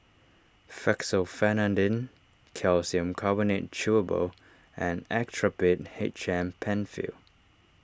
Fexofenadine Calcium Carbonate Chewable and Actrapid H M Penfill